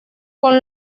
con